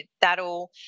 that'll